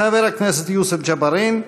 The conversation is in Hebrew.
חבר הכנסת יוסף ג'בארין.